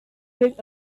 drink